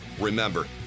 Remember